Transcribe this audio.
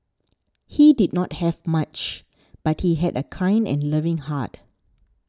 he did not have much but he had a kind and loving heart